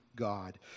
God